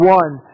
one